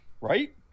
Right